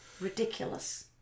ridiculous